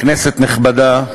כנסת נכבדה,